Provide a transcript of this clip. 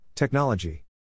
Technology